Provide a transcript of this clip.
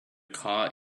kaw